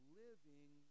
living